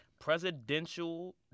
presidential